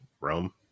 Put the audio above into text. Rome